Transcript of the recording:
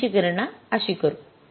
तर आपण त्याची गणना अशी करू